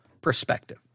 perspective